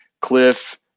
Cliff